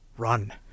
run